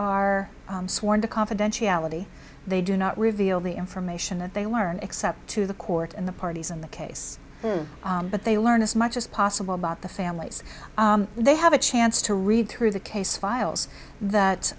are sworn to confidentiality they do not reveal the information that they learn except to the court and the parties in the case but they learn as much as possible about the families they have a chance to read through the case files that